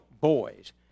boys